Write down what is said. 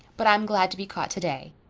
but i'm glad to be caught today,